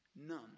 None